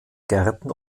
gärten